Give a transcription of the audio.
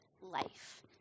life